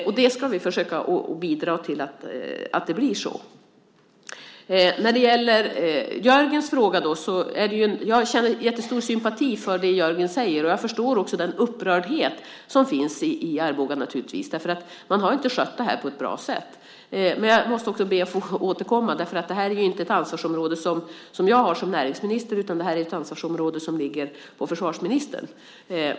Och vi ska försöka bidra till att det blir så. Jag känner en jättestor sympati för det som Jörgen Johansson säger. Och jag förstår också den upprördhet som naturligtvis finns i Arboga. Man har nämligen inte skött detta på ett bra sätt. Men jag måste också be att få återkomma därför att detta inte är ett ansvarsområde som jag har som näringsminister, utan det är ett ansvarsområde som ligger på försvarsministern.